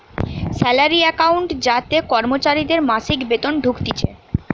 salary account যাতে কর্মচারীদের মাসিক বেতন ঢুকতিছে